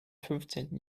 fünfzehnten